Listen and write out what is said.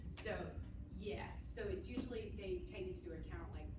so yes. so and usually, they take into account, like